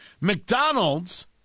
McDonald's